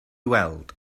weld